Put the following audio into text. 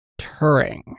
Turing